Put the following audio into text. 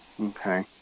Okay